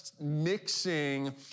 mixing